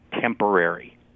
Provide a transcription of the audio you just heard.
temporary